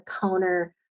counter